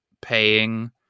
paying